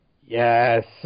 Yes